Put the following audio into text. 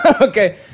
Okay